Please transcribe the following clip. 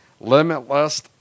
Limitless